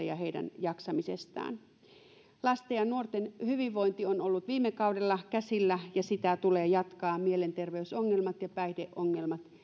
ja heidän jaksamisestaan pitää pitää huolta lasten ja nuorten hyvinvointi on ollut viime kaudella käsillä ja sitä teemaa tulee jatkaa mielenterveysongelmat ja päihdeongelmat